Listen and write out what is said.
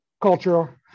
culture